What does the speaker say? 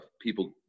people